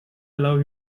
allow